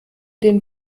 den